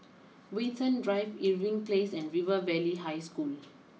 Watten Drive Irving place and River Valley High School